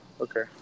Okay